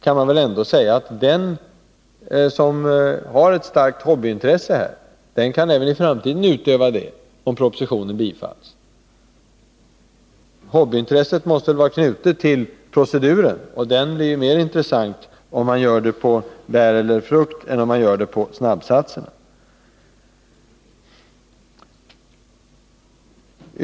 Men om propositionen blir bifallen kan den som har ett starkt hobbyintresse även i framtiden utöva denna hobby. Hobbyintresset måste väl vara knutet till proceduren, och den blir ju mer intressant om vinet görs på bär eller frukt än om det är fråga om snabbsatser.